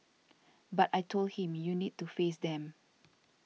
but I told him you need to face them